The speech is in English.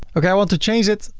okay. i want to change it.